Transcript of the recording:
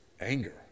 anger